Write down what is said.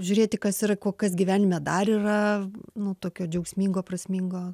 žiūrėti kas yra ko kas gyvenime dar yra nu tokio džiaugsmingo prasmingo